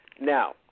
Now